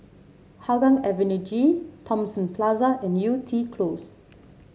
Hougang Avenue G Thomson Plaza and Yew Tee Close